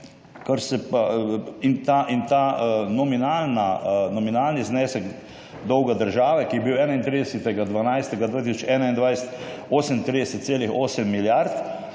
80 pa nekaj. Ta nominalni znesek dolga države, ki je bil 31. 12. 2021 38,8 milijard,